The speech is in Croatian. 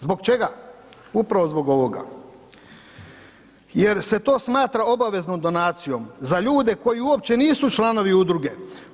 Zbog čega, upravo zbog ovoga jer se to smatra obaveznom donacijom za ljude koji uopće nisu članovi udruge.